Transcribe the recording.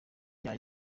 n’iyo